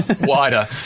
wider